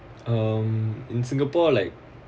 um in singapore like